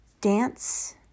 Dance